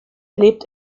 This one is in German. lebt